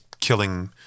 killing